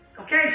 Okay